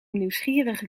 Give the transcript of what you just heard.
nieuwsgierige